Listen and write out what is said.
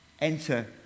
enter